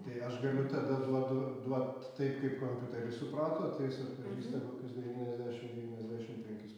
tai aš galiu tada duodu duot taip kaip kompiuteris suprato tai jis atpažįsta kokius devyniasdešim devyniasdešim penkis